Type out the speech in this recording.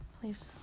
please